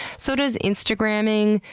so does instagramming,